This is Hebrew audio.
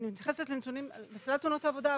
אני מתייחסת לנתונים מבחינת תאונות עבודה,